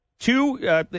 Two